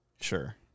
Sure